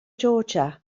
georgia